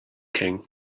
king